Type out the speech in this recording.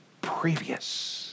previous